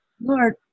Lord